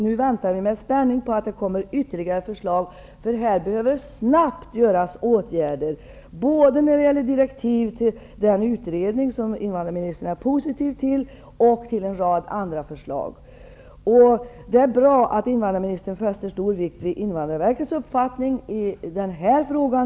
Nu väntar vi med spänning på att det kommer ytterligare förslag, för här behöver snabbt vidtas åtgärder, både när det gäller direktiv till den utredning som invandrarministern är positiv till och i fråga om en rad andra saker. Det är bra att invandrarministern fäster stor vikt vid Invandrarverkets uppfattning i den här frågan.